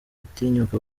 gutinyuka